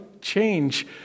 change